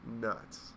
Nuts